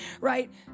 right